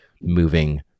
moving